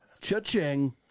cha-ching